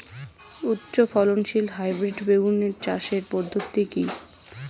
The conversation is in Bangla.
উচ্চ ফলনশীল হাইব্রিড বেগুন চাষের পদ্ধতি কী?